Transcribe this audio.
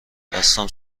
دستام